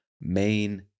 main